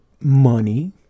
money